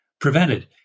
prevented